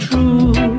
True